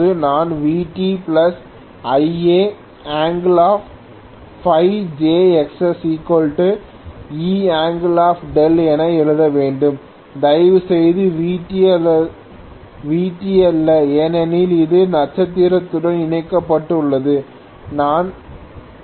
நான் VtIa Φ jXsE என எழுத வேண்டும் தயவுசெய்து Vt அல்ல ஏனெனில் இது நட்சத்திரத்துடன் இணைக்கப்பட்டுள்ளது நான் 11000365